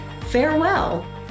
farewell